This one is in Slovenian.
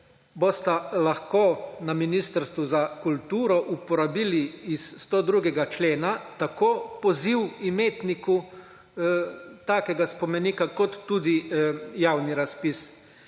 bosta lahko na ministrstvu za kulturo uporabili iz 102. člena tako poziv imetniku takega spomenika kot tudi javni razpis.